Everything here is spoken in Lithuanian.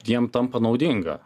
jiem tampa naudinga